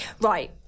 right